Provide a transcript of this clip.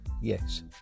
Yes